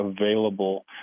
available